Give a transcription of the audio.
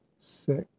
six